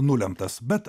nulemtas bet